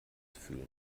fühlen